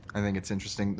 i think it's interesting.